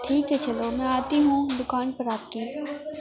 ٹھیک ہے چلو میں آتی ہوں دوکان پر آپ کی